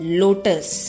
lotus